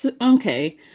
Okay